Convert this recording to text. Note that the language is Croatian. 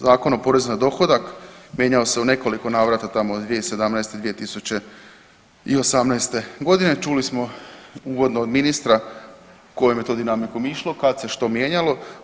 Zakon o porezu na dohodak, mijenjao se u nekoliko navrata tamo od 2017., 2018.g. Čuli smo uvodno od ministra kojom je to dinamikom išlo, kad se što mijenjalo.